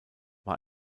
war